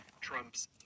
trump's